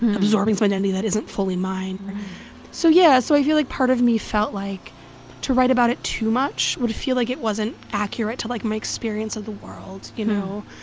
absorbing some identity that isn't fully mine so yeah. so i feel like part of me felt like to write about it too much would feel like it wasn't accurate to, like, my experience of the world, you know,